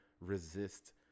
resist